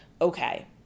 Okay